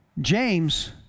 James